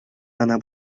она